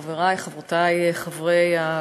חברי, חברותי, חברי הכנסת,